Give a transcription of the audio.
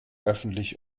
öffentlich